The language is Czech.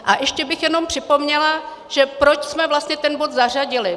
A ještě bych jenom připomněla, proč jsme vlastně ten bod zařadili.